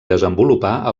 desenvolupar